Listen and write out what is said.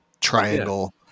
triangle